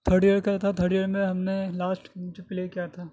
third year کا third year میں ہم نے لاسٹ جو پلے کیا تھا